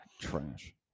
trash